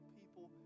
people